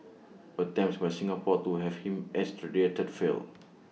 attempts by Singapore to have him extradited failed